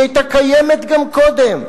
היא היתה קיימת גם קודם.